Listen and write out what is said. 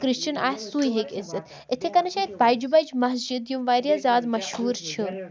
Christian آسہِ سُے ہیٚکہِ أژتھ اِتھَے کٔنیٚتھ چھِ اَتہِ بَجہِ بَجہِ مسجِد یِم وارِیاہ زیادٕ مشہوٗر چھِ